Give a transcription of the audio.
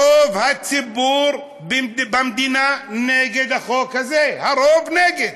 רוב הציבור במדינה נגד החוק הזה, הרוב נגד.